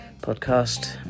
podcast